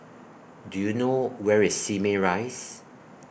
Do YOU know Where IS Simei Rise